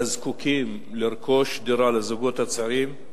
לזקוקים, לרכוש דירה לזוגות הצעירים,